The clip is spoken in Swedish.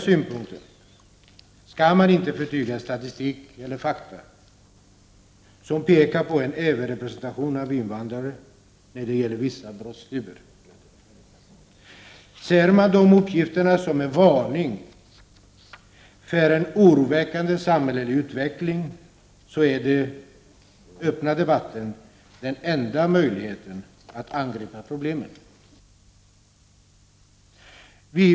Man skall inte förtiga statistik och fakta som pekar på en överrepresentation bland invandrare när det gäller vissa brottstyper. Ser man de uppgifterna som en varning för en oroväckande samhällelig utveckling, är den öppna debatten den enda möjligheten att angripa problemen.